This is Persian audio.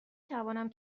توانم